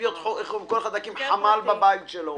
כל אחד צריך להקים חמ"ל בבית שלו.